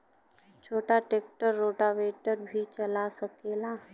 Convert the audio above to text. छोटा tractor rotavator भी चला सकेला?